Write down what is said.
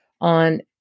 on